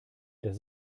das